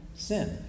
Sin